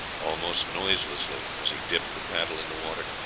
almost noiselessly as he dipped the paddle in the water,